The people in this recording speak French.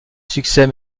succès